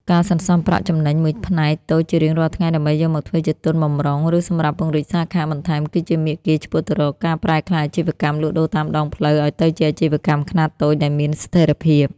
ការសន្សំប្រាក់ចំណេញមួយផ្នែកតូចជារៀងរាល់ថ្ងៃដើម្បីយកមកធ្វើជាទុនបម្រុង ឬសម្រាប់ពង្រីកសាខាបន្ថែម គឺជាមាគ៌ាឆ្ពោះទៅរកការប្រែក្លាយអាជីវកម្មលក់ដូរតាមដងផ្លូវឱ្យទៅជាអាជីវកម្មខ្នាតតូចដែលមានស្ថិរភាព។